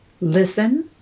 listen